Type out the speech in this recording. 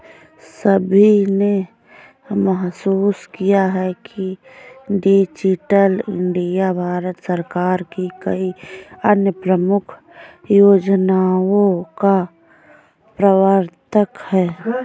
सभी ने महसूस किया है कि डिजिटल इंडिया भारत सरकार की कई अन्य प्रमुख योजनाओं का प्रवर्तक है